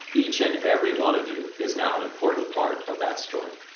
each and every one of you, is now an important part of that story.